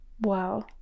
wow